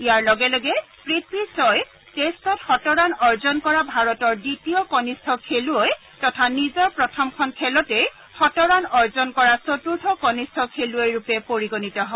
ইয়াৰ লগে লগে পথি খই টেষ্টত শতৰাণ অৰ্জন কৰা ভাৰতৰ দ্বিতীয় কনিষ্ঠ খেলুৱৈ তথা নিজৰ প্ৰথমখন খেলতেই শতৰাণ অৰ্জন কৰা চতূৰ্থ কনিষ্ঠ খেলুৱৈ ৰূপে পৰিগণিত হয়